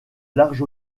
large